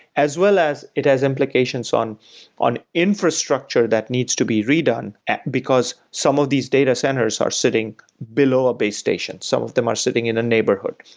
as well as it has implications on on infrastructure that needs to be redone, because some of these data centers are sitting below a base station. some of them are sitting in a neighborhood.